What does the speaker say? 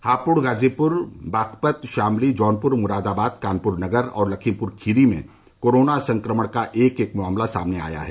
हापुड़ गाजीपुर बागपत शामली जौनपुर मुरादाबाद कानपुर नगर और लखीमपुर खीरी में कोरोना संक्रमण का एक एक मामला सामने आया है